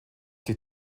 sich